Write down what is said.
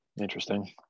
interesting